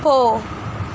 போ